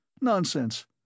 Nonsense